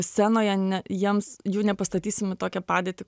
scenoje jiems jų nepastatysim į tokią padėtį